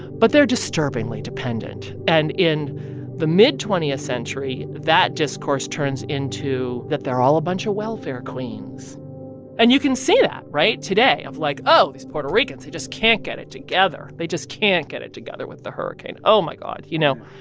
but they're disturbingly dependent. and in the mid twentieth century, that discourse turns into that they're all a bunch of welfare queens and you can see that right? today of, like, oh, these puerto ricans who just can't get it together. they just can't get it together with the hurricane. oh, my god, you know?